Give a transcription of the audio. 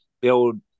build